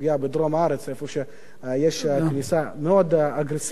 במקום שיש כניסה מאוד אגרסיבית לשטחים פרטיים,